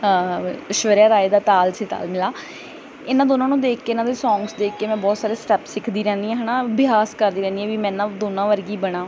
ਐਸ਼ਵਰਿਆ ਰਾਏ ਦਾ ਤਾਲ ਸੇ ਤਾਲ ਮਿਲਾ ਇਹਨਾਂ ਦੋਨਾਂ ਨੂੰ ਦੇਖ ਕੇ ਇਹਨਾਂ ਦੇ ਸੌਂਗਸ ਦੇਖ ਕੇ ਮੈਂ ਬਹੁਤ ਸਾਰੇ ਸਟੈਪ ਸਿੱਖਦੀ ਰਹਿੰਦੀ ਹਾਂ ਹੈ ਨਾ ਅਭਿਆਸ ਕਰਦੀ ਰਹਿੰਦੀ ਹਾਂ ਵੀ ਮੈਂ ਇਹਨਾਂ ਦੋਨਾਂ ਵਰਗੀ ਬਣਾ